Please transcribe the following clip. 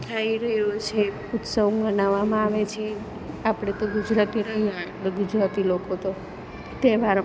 થઈ રહ્યો છે ઉત્સવ મનાવવામાં આવે છે આપણે તો ગુજરાતી રહ્યા તો એટલે ગુજરાતી લોકો તો તહેવાર